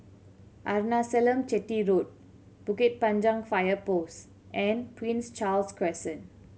Arnasalam Chetty Road Bukit Panjang Fire Post and Prince Charles Crescent